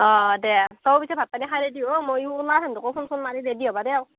অঁ দে আৰ তয়ো পিছে ভাত পানী খাই ৰেডি হ' ময়ো ওলাও সিহঁতকো ফোন চোন মাৰি ৰেডি হ'ব দেও